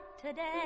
today